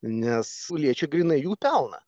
nes liečia grynai jų pelną